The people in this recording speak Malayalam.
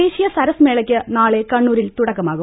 ദേശീയ സരസ്മേളക്ക് നാളെ കണ്ണൂരിൽ തുടക്കമാവും